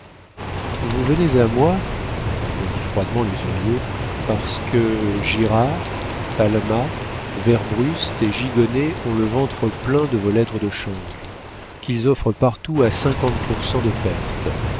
vous venez à moi répondit froidement l'usurier parce que girard palma werbrust et gigonnet ont le ventre plein de vos lettres de change qu'ils offrent partout à cinquante pour cent de perte